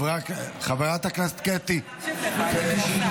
חברת הכנסת קטי, קטי שטרית.